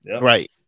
Right